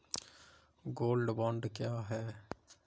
Gold bond क्या है?